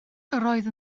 roedd